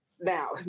Now